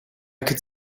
could